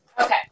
Okay